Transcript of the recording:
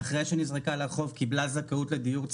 אחרי שנזרקה לרחוב קיבלה זכאות לדיור ציבורי,